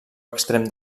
extrem